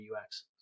UX